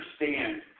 understand